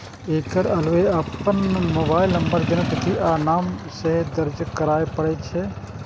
एकर अलावे अपन मोबाइल नंबर, जन्मतिथि आ नाम सेहो दर्ज करय पड़ै छै